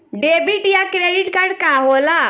Debit या credit card का होला?